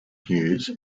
hughes